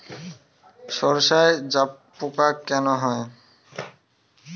সর্ষায় জাবপোকা কেন হয়?